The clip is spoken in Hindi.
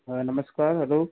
नमस्कार हेलो